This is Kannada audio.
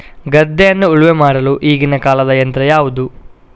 ಗದ್ದೆಯನ್ನು ಉಳುಮೆ ಮಾಡಲು ಈಗಿನ ಕಾಲದ ಯಂತ್ರ ಯಾವುದು?